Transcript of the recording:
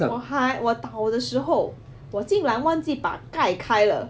我还我倒的时候我竟然忘记把盖开了